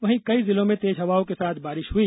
वहीं कई जिलों में तेज हवाओं के साथ बारिश हुई